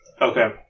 Okay